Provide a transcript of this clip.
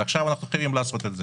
עכשיו אנחנו חייבים לעשות את זה.